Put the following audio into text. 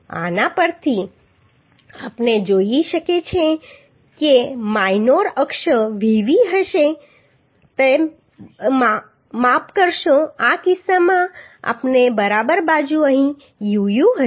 હવે આના પરથી આપણે જોઈ શકીએ છીએ કે માઇનોર અક્ષ vv હશે માફ કરશો આ કિસ્સામાં અહીં uu હશે